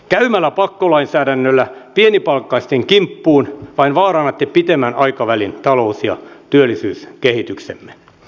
käymällä pakkolainsäädännöllä pienipalkkaisten kimppuun vain vaarannatte pitemmän aikavälin talous ja työllisyyskehityksemme